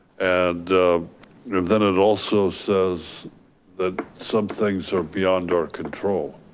and then it also says that some things are beyond our control.